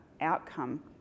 outcome